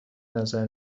نظر